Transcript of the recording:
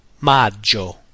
Maggio